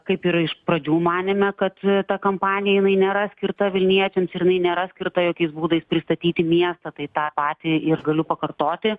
kaip ir iš pradžių manėme kad ta kampanija jinai nėra skirta vilniečiams ir jinai nėra skirta jokiais būdais pristatyti miestą tai tą patį ir galiu pakartoti